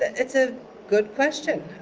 it's a good question.